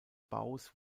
baus